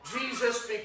Jesus